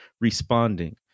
responding